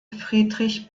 friedrich